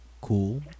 Cool